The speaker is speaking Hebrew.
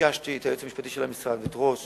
וביקשתי מהיועץ המשפטי של המשרד ומראש